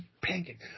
pancake